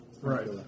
Right